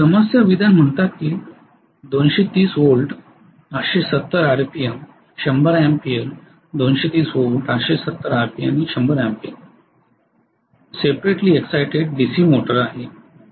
समस्या विधान म्हणतात की 230 volt 870 RPM 100 ampere 230 volt 870 RPM 100 ampere separately excited DC motor आहे